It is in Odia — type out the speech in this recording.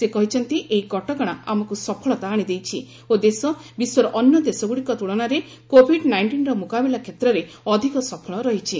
ସେ କହିଛନ୍ତି ଏହି କଟକଣା ଆମକୁ ସଫଳତା ଆଣିଦେଇଛି ଓ ଦେଶ ବିଶ୍ୱର ଅନ୍ୟ ଦେଶଗୁଡ଼ିକ ତ୍କଳନାରେ କୋଭିଡ୍ ନାଇଷ୍ଟିନ୍ର ମୁକାବିଲା କ୍ଷେତ୍ରରେ ଅଧିକ ସଫଳ ରହିଛି